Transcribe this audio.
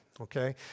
okay